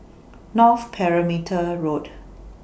North Perimeter Road